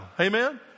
Amen